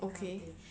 okay